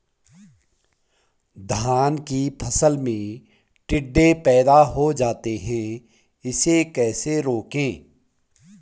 धान की फसल में टिड्डे पैदा हो जाते हैं इसे कैसे रोकें?